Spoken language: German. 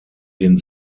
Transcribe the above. den